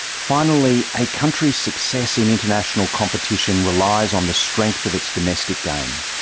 finally, a country's success in international competition relies on the strength of its domestic game.